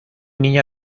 niña